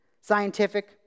scientific